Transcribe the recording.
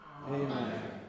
Amen